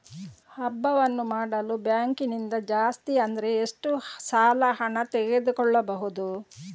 ಹಬ್ಬವನ್ನು ಮಾಡಲು ಬ್ಯಾಂಕ್ ನಿಂದ ಜಾಸ್ತಿ ಅಂದ್ರೆ ಎಷ್ಟು ಸಾಲ ಹಣ ತೆಗೆದುಕೊಳ್ಳಬಹುದು?